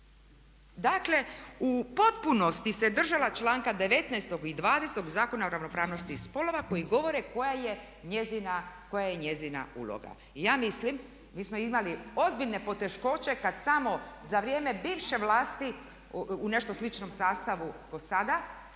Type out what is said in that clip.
Dakle u potpunosti se držala članka 19. i 20. Zakona o ravnopravnosti spolova koji govori koja je njezina uloga. I ja mislim mi smo imali ozbiljne poteškoće kada samo za vrijeme bivše vlast u nešto sličnom sastavu do sada.